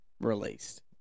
released